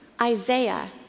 Isaiah